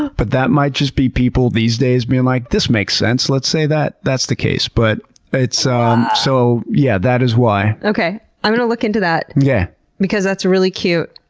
but that might just be people these days being like, this makes sense. let's say that that's the case, but um so yeah, that is why. okay i'm gonna look into that yeah because that's really cute.